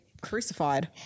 crucified